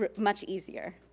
much easier.